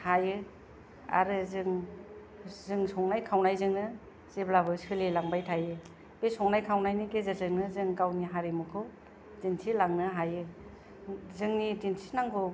हायो आरो जों संनाय खावनायजोंनो जेब्लाबो सोलिलांबाय थायो बे संनाय खावनायनि गेजेरजोंनो जों गावनि हारिमुखौ दिन्थिलांनो हायो जोंनि दिन्थिनांगौ